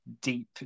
deep